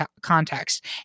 context